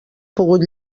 pogut